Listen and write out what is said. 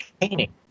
painting